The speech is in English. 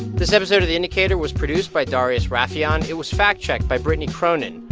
this episode of the indicator was produced by darius rafieyan. it was fact-checked by brittany cronin.